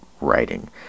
writing